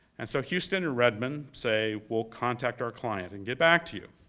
and so houston and redmond say, we'll contact our client and get back to you.